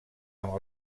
amb